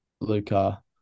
Luca